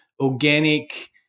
organic